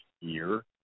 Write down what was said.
year